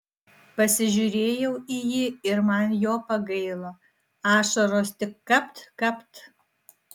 pasižiūrėjau į jį ir man jo pagailo ašaros tik kapt kapt